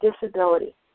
disability